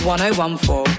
1014